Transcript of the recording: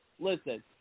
Listen